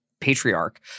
Patriarch